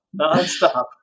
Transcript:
Nonstop